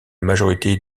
majorité